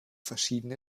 verschiedene